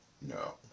No